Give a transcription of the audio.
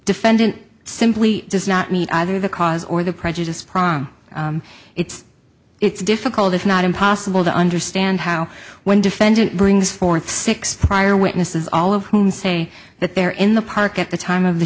defendant simply does not meet either the cause or the prejudice prom it's it's difficult if not impossible to understand how when defendant brings forth six prior witnesses all of whom say that they're in the park at the time of the